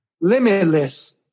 limitless